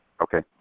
Okay